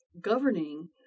governing